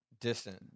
distant